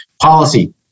policy